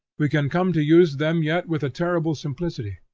we can come to use them yet with a terrible simplicity.